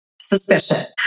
suspicion